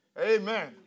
Amen